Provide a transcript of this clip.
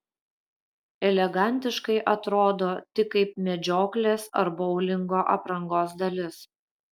elegantiškai atrodo tik kaip medžioklės ar boulingo aprangos dalis